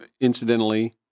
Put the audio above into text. incidentally